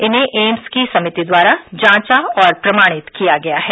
इन्हें एम्स की समिति द्वारा जांचा और प्रमाणित किया गया है